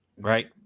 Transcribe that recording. right